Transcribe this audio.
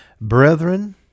brethren